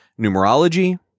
numerology